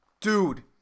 Dude